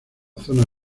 zona